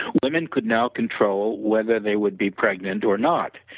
women could now control whether they would be pregnant or not.